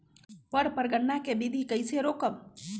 पर परागण केबिधी कईसे रोकब?